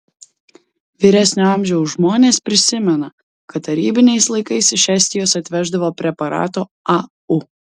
vyresnio amžiaus žmonės prisimena kad tarybiniais laikais iš estijos atveždavo preparato au